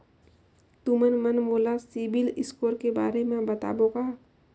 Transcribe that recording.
तुमन मन मोला सीबिल स्कोर के बारे म बताबो का?